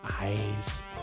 eyes